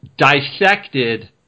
dissected